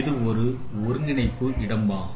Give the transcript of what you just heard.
இது ஒரு ஒருங்கிணைப்பு இடமாகும்